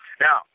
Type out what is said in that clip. Now